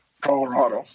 Colorado